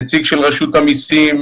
נציג של רשות המסים,